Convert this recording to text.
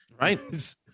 Right